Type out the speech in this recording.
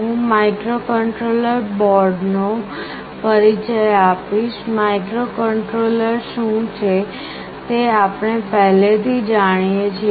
હું microcontroller board નો પરિચય આપીશ માઇક્રોકન્ટ્રોલર શું છે તે આપણે પહેલેથી જાણીએ છીએ